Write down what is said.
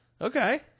Okay